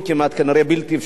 זה כנראה כמעט בלתי אפשרי,